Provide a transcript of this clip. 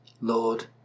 Lord